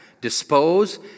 dispose